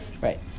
right